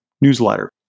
newsletter